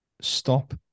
stop